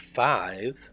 five